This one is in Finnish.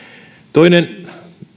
toinen